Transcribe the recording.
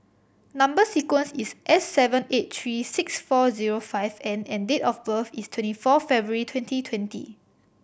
number sequence is S sevent eight three six four zero five N and date of birth is twenty four February twenty twenty